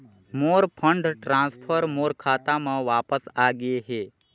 मोर fund transfer मोर खाता म वापस आ गे हे